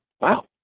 wow